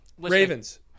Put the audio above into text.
Ravens